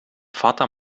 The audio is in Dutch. fata